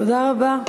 תודה רבה.